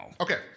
Okay